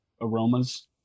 aromas